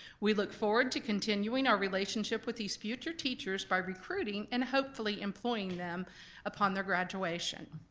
we look forward to continuing our relationship with these future teachers by recruiting and hopefully employing them upon their graduation.